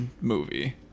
movie